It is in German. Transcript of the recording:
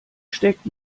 streckt